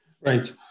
Right